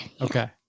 Okay